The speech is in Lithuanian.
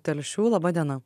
telšių laba diena